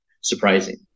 Surprising